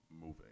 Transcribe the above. moving